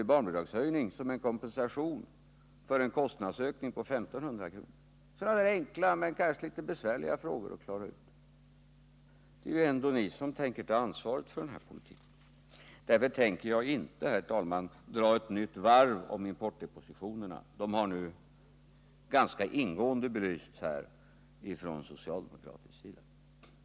i barnbidragshöjning som en kompensation för en kostnadsökning på 1500 kr.? Det här är enkla frågor, men kanske litet besvärliga att klara ut. Men det är ändå ni som tänker ta ansvaret för den här politiken. Därför tänker jag inte, herr talman, dra ett nytt varv om importdepositionerna. De har nu ganska ingående belysts från socialdemokraternas sida.